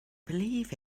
believe